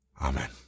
Amen